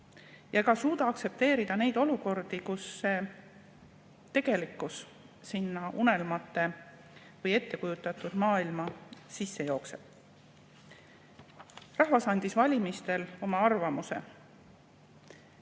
nad ei suuda aktsepteerida neid olukordi, kus tegelikkus sinna unelmate või ettekujutatud maailma sisse jookseb. Rahvas andis valimistel oma arvamuse.